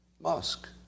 Musk